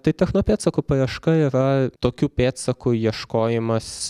tai techno pėdsakų paieška yra tokių pėdsakų ieškojimas